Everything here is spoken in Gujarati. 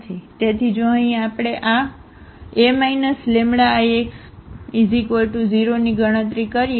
તેથી જો અહીં આપણે આ A λIx0ની ગણતરી કરીએ